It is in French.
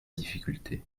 difficultés